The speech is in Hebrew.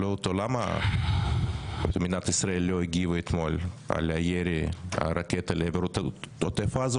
למה מדינת ישראל לא הגיבה אתמול על ירי הרקטה לעבר עוטף עזה,